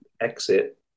exit